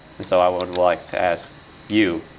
and so i would like to ask you,